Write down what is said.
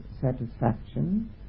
satisfaction